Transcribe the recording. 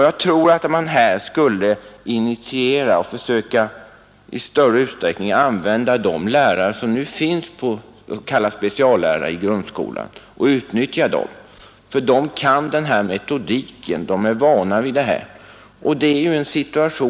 Jag tror därför att man i större utsträckning borde försöka utnyttja de speciallärare som finns i grundskolan. De kan denna metodik, de är vana vid den.